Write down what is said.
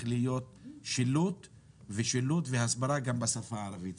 להיות שילוט ושילוט והסברה גם בשפה הערבית.